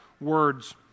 words